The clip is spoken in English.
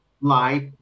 life